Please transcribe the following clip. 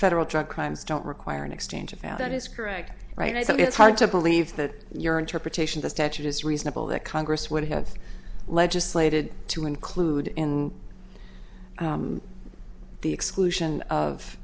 federal drug crimes don't require an exchange about that is correct right i mean it's hard to believe that your interpretation the statute is reasonable that congress would have legislated to include in the exclusion of